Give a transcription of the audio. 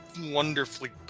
wonderfully